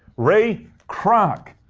ray kroc.